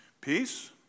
peace